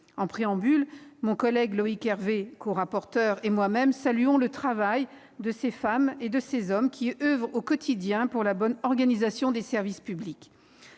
En préambule, Loïc Hervé, également rapporteur de ce texte, et moi-même saluons le travail de ces femmes et de ces hommes qui oeuvrent au quotidien pour la bonne organisation des services publics.